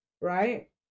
right